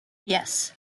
yes